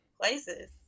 places